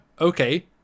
okay